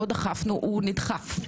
לא דחפנו, הוא נדחף.